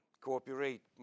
cooperate